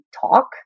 talk